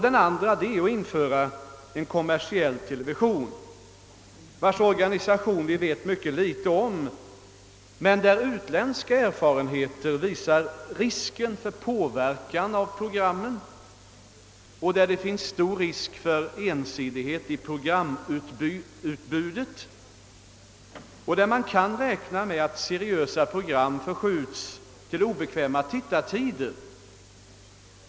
Den andra är att införa en kommer siell television, vars organisation vi vet mycket litet om. Utländska erfarenheter visar emellertid risken för påverkan på programmen och ensidighet i programutbudet. Man kan räkna med att seriösa program förskjuts till obekväma tittartider.